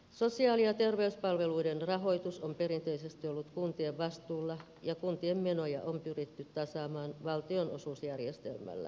sosiaali ja terveyspalveluiden rahoitus on perinteisesti ollut kuntien vastuulla ja kuntien menoja on pyritty tasaamaan valtionosuusjärjestelmällä